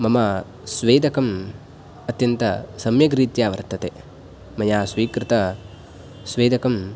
मम स्वेदकं अत्यन्तसम्यग्रीत्या वर्तते मया स्वीकृतस्वेदकं